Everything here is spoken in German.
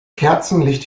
kerzenlicht